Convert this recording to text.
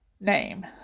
name